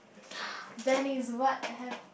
Venice what have